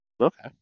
Okay